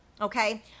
okay